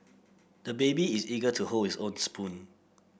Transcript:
the baby is eager to hold his own spoon